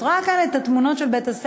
את רואה כאן את התמונות של בית-הספר,